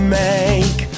make